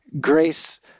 Grace